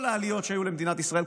כל העליות שהיו למדינת ישראל,